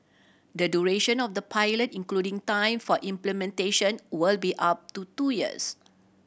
the duration of the pilot including time for implementation will be up to two years